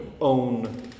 own